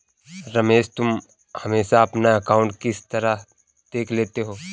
रमेश तुम हमेशा अपना अकांउट किस तरह देख लेते हो?